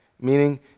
meaning